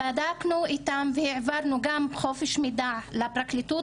בדקנו איתם והעברנו גם חופש מידע לפרקליטות